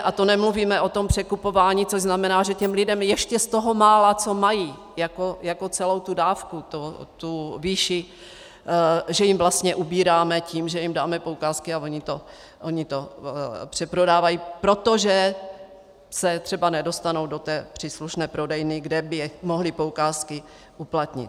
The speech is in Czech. A to nemluvíme o tom překupování, což znamená, že těm lidem ještě z toho mála, co mají jako celou tu dávku, tu výši, že jim vlastně ubíráme tím, že jim dáme poukázky, a oni to přeprodávají, protože se třeba nedostanou do té příslušné prodejny, kde by mohli poukázky uplatnit.